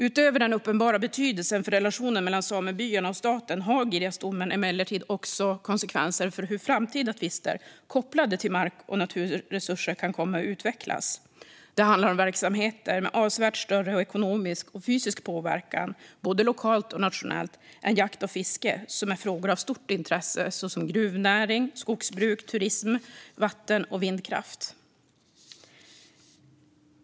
Utöver den uppenbara betydelsen för relationen mellan samebyarna och staten får Girjasdomen emellertid också konsekvenser för hur framtida tvister kopplade till mark och naturresurser kan komma att utvecklas. Det handlar om verksamheter som har avsevärt större ekonomisk och fysisk påverkan både lokalt och nationellt än jakt och fiske och som är av stort intresse, såsom gruvnäring, skogsbruk, turism samt vatten och vindkraft.